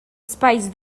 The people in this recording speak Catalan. espais